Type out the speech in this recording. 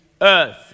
Earth